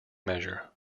measure